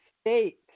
State